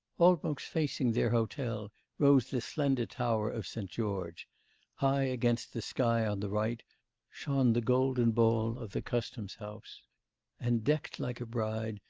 almost facing their hotel rose the slender tower of s. george high against the sky on the right shone the golden ball of the customs house and, decked like a bride,